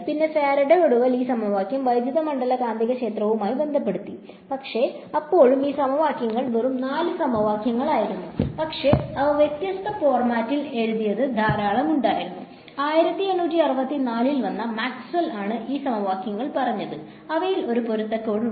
പിന്നെ ഫാരഡേ ഒടുവിൽ ഈ സമവാക്യം വൈദ്യുത മണ്ഡലത്തെ കാന്തികക്ഷേത്രവുമായി ബന്ധപ്പെടുത്തി പക്ഷേ അപ്പോഴും ഈ സമവാക്യങ്ങൾ വെറും 4 സമവാക്യങ്ങൾ ആയിരുന്നു പക്ഷേ അവ വ്യത്യസ്ത ഫോർമാറ്റിൽ എഴുതിയത് ധാരാളം ഉണ്ടായിരുന്നു 1864 ൽ വന്ന മാക്സ്വെൽ ആണ് ഈ സമവാക്യങ്ങൾ പറഞ്ഞത് അവയിൽ ഒരു പൊരുത്തക്കേട് ഉണ്ട്